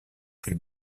plus